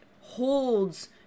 holds